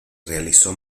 realizó